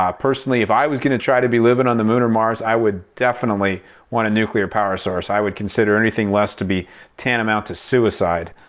um personally if i was going to try to be living on the moon or mars i would definitely want a nuclear power source i would consider anything less to be tantamount to suicide.